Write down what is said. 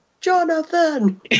Jonathan